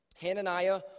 Hananiah